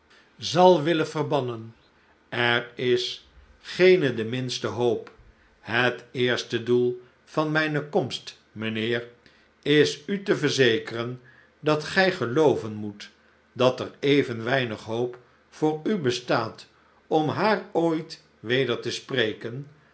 zal willen verbannen er is geene de minstu hoop het eerste doel van mijne komst mijnheer is u te verzekeren dat gij gelooven moet dat er even weinig hoop voor u bestaat om haar ooit weder te spreken